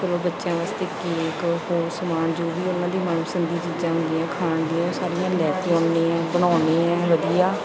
ਚਲੋ ਬੱਚਿਆਂ ਵਾਸਤੇ ਕੇਕ ਹੋਰ ਸਮਾਨ ਜੋ ਵੀ ਹੈ ਉਹਨਾਂ ਦੇ ਮਨ ਪਸੰਦ ਦੀਆਂ ਚੀਜ਼ਾਂ ਹੁੰਦੀਆਂ ਖਾਣ ਦੀਆਂ ਉਹ ਸਾਰੀਆਂ ਲੈ ਕੇ ਆਉਂਦੇ ਹਾਂ ਬਣਾਉਣੇ ਹਾਂ ਵਧੀਆ